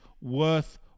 worth